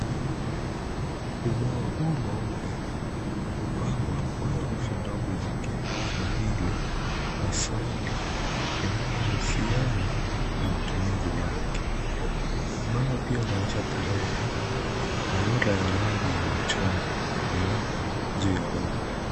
Ubao huu mweupe umepambwa kwa herufi ndogo za kiswahili, maswali linalohusiana na matumizi yake. Ubao pia unaonyesha tarehe na rula ya rangi ya chungwa imewekwa juu ya bao.